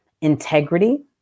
integrity